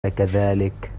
كذلك